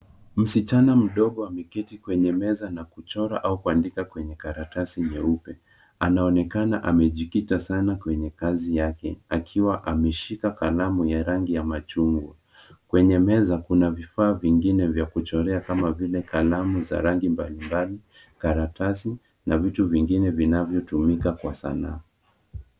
Msichana mdogo ameketi kwenye meza na kuchora au kuandika kwenye karatasi nyeupe. Anaonekana amejikita sana kwenye kazi yake, akiwa ameshika kalamu ya rangi ya machungwa. Kwenye meza, kuna vifaa vingine vya kuchorea kama vile kalamu za rangi mbalimbali, karatasi na vitu vingine vinavyotumika kwa sanaa.